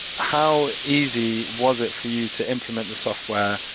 how easy was it for you to implement the software,